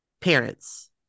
parents